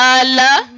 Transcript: Allah